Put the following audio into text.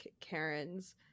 Karens